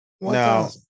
Now